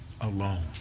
alone